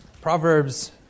Proverbs